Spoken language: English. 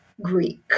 Greek